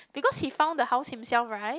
because he found the house himself right